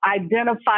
identify